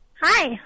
Hi